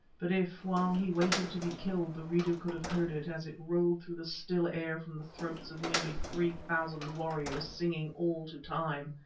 but if, while he waited to be killed, the reader could have heard it as it rolled through the still air from the throats of nearly three thousand warriors singing all to time,